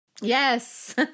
Yes